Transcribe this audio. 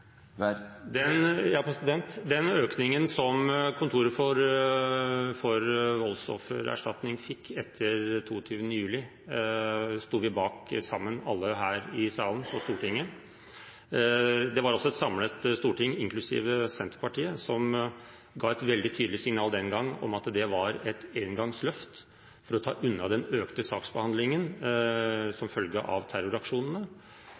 Den økningen som Kontoret for voldsoffererstatning fikk etter 22. juli 2011, sto vi alle sammen her i Stortinget bak. Det var altså et samlet storting – inklusiv Senterpartiet – som den gangen ga et veldig tydelig signal om at det var et engangsløft for å ta unna økningen av saker, som